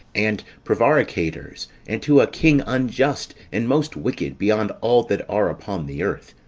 and prevaricators, and to a king unjust, and most wicked beyond all that are upon the earth.